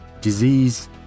Disease